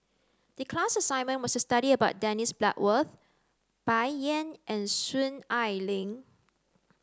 the class assignment was to study about Dennis Bloodworth Bai Yan and Soon Ai Ling